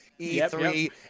E3